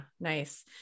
Nice